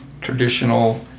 traditional